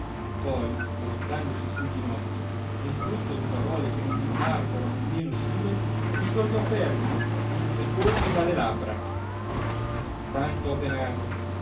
poi rizzandosi sui ginocchi un flutto di parole che non gli parvero nemmeno sue gli sgorgò fervido impetuoso dalle labbra tanto ho penato